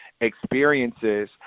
experiences